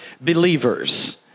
Believers